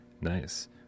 nice